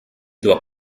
doit